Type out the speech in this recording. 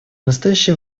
настоящее